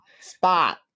Spot